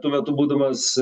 tuo metu būdamas